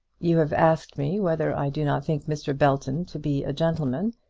you have asked me whether i do not think mr. belton to be a gentleman,